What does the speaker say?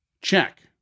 Check